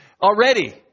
already